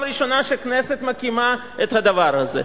פעם ראשונה שהכנסת מקימה את הדבר הזה.